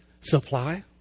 supply